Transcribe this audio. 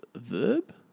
verb